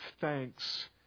thanks